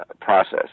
process